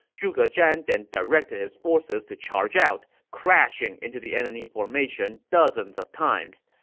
zhuge zhan then directed his forces to charge out, crashing into the enemy formation dozens of times.